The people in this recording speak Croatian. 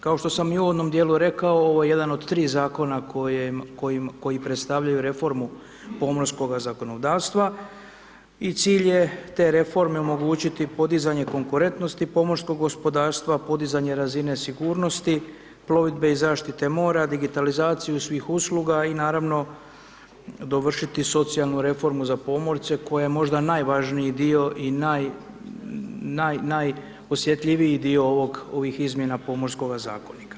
Kao što sam i u uvodnom dijelu rekao, ovo je jedan od 3 zakona koji predstavljaju reformu pomorskoga zakonodavstva i cilj je te reforme omogućiti podizanje konkurentnosti pomorskog gospodarstva, podizanje razine sigurnosti, plovidbe i zaštite mora, digitalizaciju svih usluga i naravno, dovršiti socijalnu reformu za pomorce koje je možda najvažniji dio i najosjetljiviji dio ovih izmjena pomorskoga zakonika.